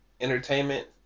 entertainment